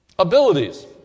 Abilities